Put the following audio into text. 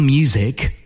music